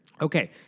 Okay